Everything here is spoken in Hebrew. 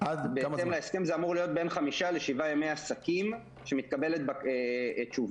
זה אמור להיות בין חמישה לשבעה ימי עסקים שמתקבלת תשובה.